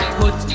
put